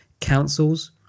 councils